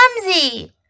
clumsy